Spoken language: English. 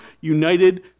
united